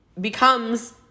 becomes